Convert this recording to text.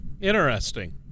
Interesting